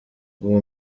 uwo